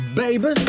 baby